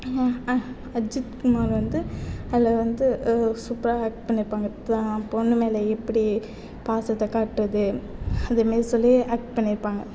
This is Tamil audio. அஜித் குமார் வந்து அதில் வந்து சூப்பராக ஆக்ட் பண்ணியிருப்பாங்க பொண்ணு மேலே எப்படி பாசத்தை காட்டுவது அதே மாரி சொல்லி ஆக்ட் பண்ணியிருப்பாங்க